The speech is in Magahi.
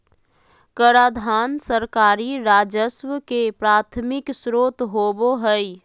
कराधान सरकारी राजस्व के प्राथमिक स्रोत होबो हइ